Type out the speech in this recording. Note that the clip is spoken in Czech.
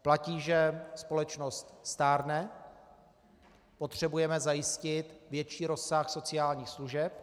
Platí, že společnost stárne, potřebujeme zajistit větší rozsah sociálních služeb.